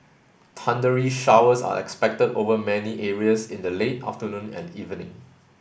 thundery showers are expected over many areas in the late afternoon and evening